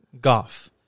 Goff